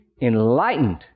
enlightened